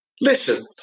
Listen